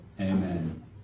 amen